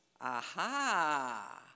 Aha